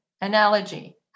analogy